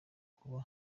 kuba